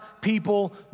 people